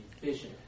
vision